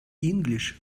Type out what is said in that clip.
english